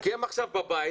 כי הם עכשיו בבית,